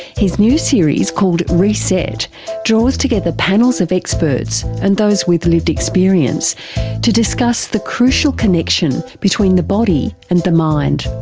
his new series called reset draws together panels of experts and those with lived experience to discuss the crucial connection between the body and the mind.